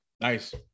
Nice